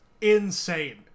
insane